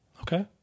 Okay